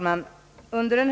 Herr talman!